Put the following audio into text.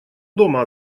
дома